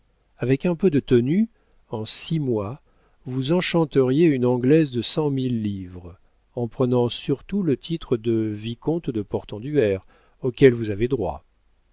avec un peu de tenue en six mois vous enchanteriez une anglaise de cent mille livres en prenant surtout le titre de vicomte de portenduère auquel vous avez droit